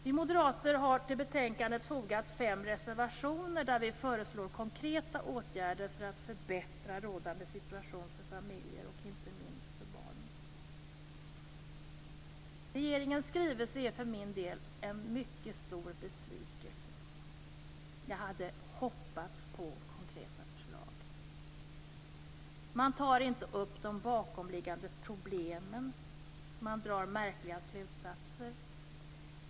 Vi moderater har till betänkandet fogat fem reservationer där vi föreslår konkreta åtgärder för att förbättra rådande situation för familjer och inte minst för barn. Regeringens skrivelse är för min del en mycket stor besvikelse. Jag hade hoppats på konkreta förslag. Man tar inte upp de bakomliggande problemen. Man drar märkliga slutsatser.